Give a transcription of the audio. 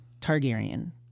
Targaryen